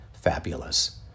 fabulous